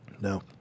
No